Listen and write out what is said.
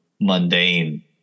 mundane